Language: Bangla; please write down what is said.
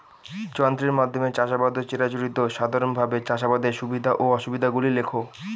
যন্ত্রের মাধ্যমে চাষাবাদ ও চিরাচরিত সাধারণভাবে চাষাবাদের সুবিধা ও অসুবিধা গুলি লেখ?